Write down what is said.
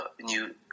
new